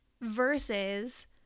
versus